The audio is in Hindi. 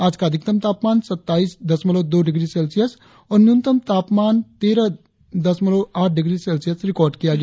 आज का अधिकतम तापमान सत्ताईस दशमलव दो डिग्री सेल्सियस और न्यूनतम तापमान तेरह दशमलव आठ डिग्री सेल्सियस रिकार्ड किया गया